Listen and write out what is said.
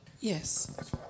Yes